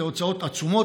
אלה הוצאות עצומות.